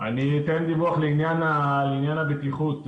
אתן דיווח לעניין הבטיחות.